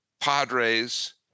Padres